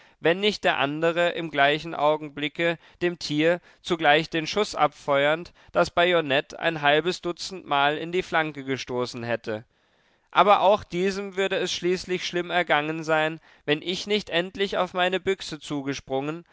wenn nicht der andere im gleichen augenblicke dem tier zugleich den schuß abfeuernd das bajonett ein halbes dutzendmal in die flanke gestoßen hätte aber auch diesem würde es schließlich schlimm ergangen sein wenn ich nicht endlich auf meine büchse zugesprungen